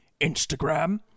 Instagram